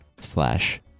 slash